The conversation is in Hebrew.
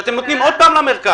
כשאתם נותנים עוד פעם למרכז.